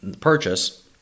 purchase